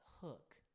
hook